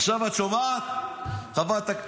עכשיו, את שומעת, חברת הכנסת?